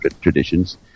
traditions